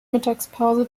mittagspause